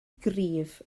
gryf